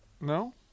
no